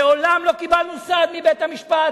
מעולם לא קיבלנו סעד מבית-המשפט